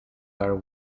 where